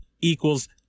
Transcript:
equals